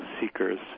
seekers